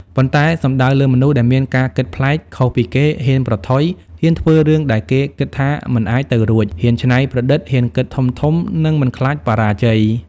ប៉ុន្តែសំដៅលើ មនុស្សដែលមានការគិតប្លែក ខុសពីគេ ហ៊ានប្រថុយ ហ៊ានធ្វើរឿងដែលគេគិតថាមិនអាចទៅរួច ហ៊ានច្នៃប្រឌិត ហ៊ានគិតធំៗ និងមិនខ្លាចបរាជ័យ។